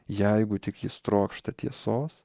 jeigu tik jis trokšta tiesos